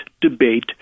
debate